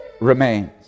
remains